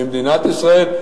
במדינת ישראל,